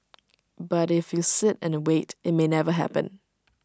but if you sit and wait IT may never happen